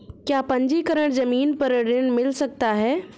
क्या पंजीकरण ज़मीन पर ऋण मिल सकता है?